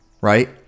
right